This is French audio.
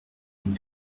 une